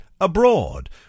abroad